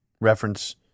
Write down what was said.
reference